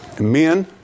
men